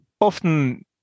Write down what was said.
Often